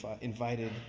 invited